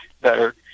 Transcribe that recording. better